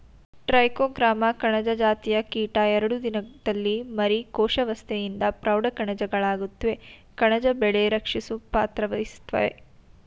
trichogramma ಕಣಜ ಜಾತಿಯ ಕೀಟ ಎರಡು ದಿನದಲ್ಲಿ ಮರಿ ಕೋಶಾವಸ್ತೆಯಿಂದ ಪ್ರೌಢ ಕಣಜಗಳಾಗುತ್ವೆ ಕಣಜ ಬೆಳೆ ರಕ್ಷಿಸೊ ಪಾತ್ರವಹಿಸ್ತವೇ